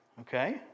Okay